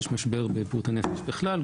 יש משבר בבריאות הנפש בכלל,